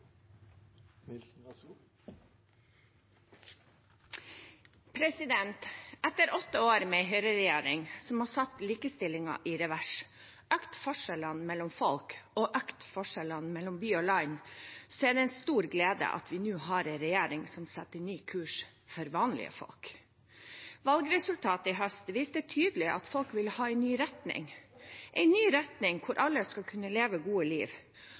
Etter åtte år med en høyreregjering som har satt likestillingen i revers og økt forskjellene mellom folk og mellom by og land, er det en stor glede at vi nå har en regjering som setter en ny kurs for vanlige folk. Valgresultatet i høst viste tydelig at folk ville ha en ny retning – en ny retning hvor alle skulle kunne leve et godt liv